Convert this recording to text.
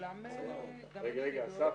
אסף,